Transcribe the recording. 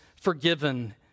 forgiven